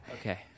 Okay